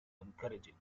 encouraging